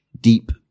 deep